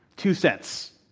two cents.